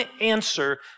answer